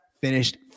finished